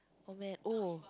oh man oh